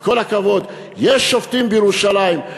כל הכבוד, יש שופטים בירושלים.